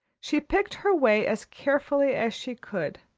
she picked her way as carefully as she could,